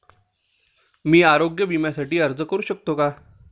मी आरोग्य विम्यासाठी अर्ज करू शकतो का?